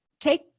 take